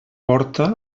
porta